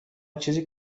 چیزی